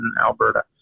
Alberta